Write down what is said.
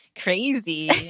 crazy